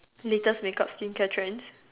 latest make up skin care trends